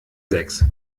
sechs